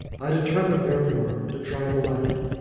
i determined therefore to try the latter.